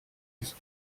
ist